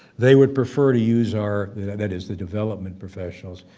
they would prefer to use our that is the development professionals,